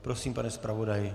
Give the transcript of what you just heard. Prosím, pane zpravodaji.